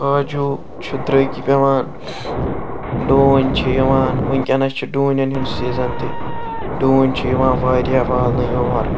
کاجوٗ چھِ درٛٔگۍ پیٚوان ڈوٗنۍ چھِ یِوان وٕنۍ کیٚنَس چھِ ڈونٮ۪ن ہُنٛد سیٖزَن تہِ ڈونۍ چھِ یِوان واریاہ والنہٕ یور